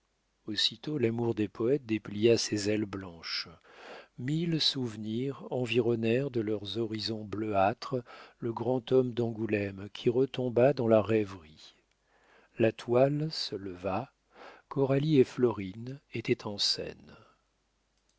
aussitôt l'amour des poètes déplia ses ailes blanches mille souvenirs environnèrent de leurs horizons bleuâtres le grand homme d'angoulême qui retomba dans la rêverie la toile se leva coralie et florine étaient en scène